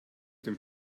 dem